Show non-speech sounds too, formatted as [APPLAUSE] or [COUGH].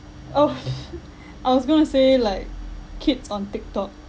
oh [LAUGHS] I was going to say like kids on tiktok